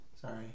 sorry